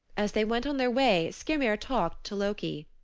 as they went on their way skyrmir talked to loki.